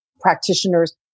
practitioners